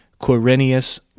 Quirinius